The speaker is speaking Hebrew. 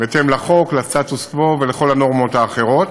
בהתאם לחוק, לסטטוס קוו ולכל הנורמות האחרות.